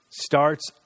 starts